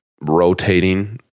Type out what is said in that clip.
rotating